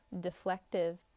deflective